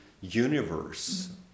universe